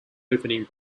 opening